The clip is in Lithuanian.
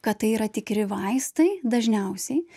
kad tai yra tikri vaistai dažniausiai